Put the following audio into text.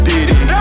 Diddy